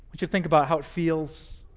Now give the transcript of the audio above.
but you to think about how it feels,